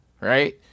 right